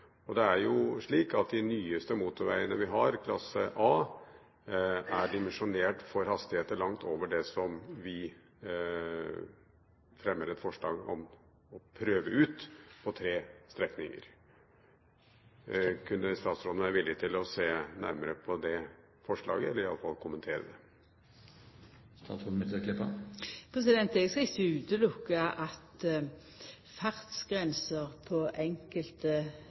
fungere. Det er jo slik at de nyeste motorvegene vi har, klasse A, er dimensjonert for hastigheter langt over det som vi fremmer et forslag om å prøve ut på tre strekninger. Kunne statsråden være villig til å se nærmere på det forslaget, eller iallfall kommentere det? Eg skal ikkje sjå bort frå at fartsgrenser på enkelte